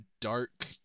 dark